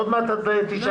עוד מעט את תשאלי.